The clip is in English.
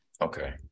Okay